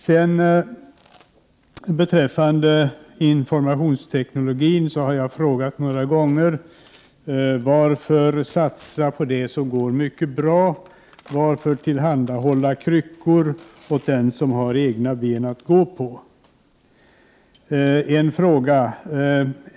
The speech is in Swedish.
Jag har beträffande informationsteknologin några gånger frågat: Varför skall man satsa på det som går mycket bra? Varför skall man tillhandahålla kryckor åt den som har egna ben att gå på? Jag vill ställa ytterligare en fråga.